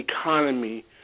economy